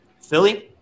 Philly